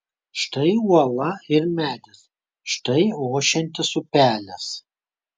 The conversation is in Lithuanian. štai uola ir medis štai ošiantis upelis